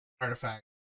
artifact